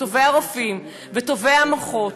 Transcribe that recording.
שטובי הרופאים וטובי המוחות